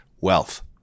wealth